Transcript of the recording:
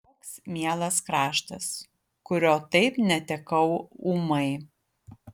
koks mielas kraštas kurio taip netekau ūmai